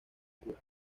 pura